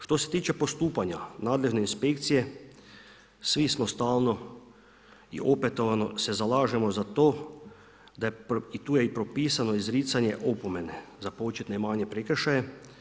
Što se tiče postupanja nadležne inspekcije svi smo stalno i opetovano se zalažemo za to i tu je i propisano izricanje opomene za početne manje prekršaje.